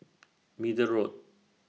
Middle Road